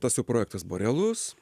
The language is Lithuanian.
tas jų projektas buvo realus